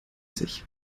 sich